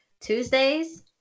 Tuesdays